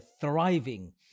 thriving